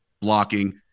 blocking